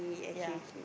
ya